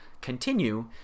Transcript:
continue